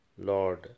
Lord